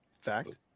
Fact